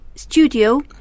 studio